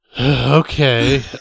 okay